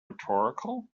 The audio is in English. rhetorical